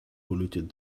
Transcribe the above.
polluted